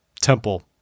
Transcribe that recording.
temple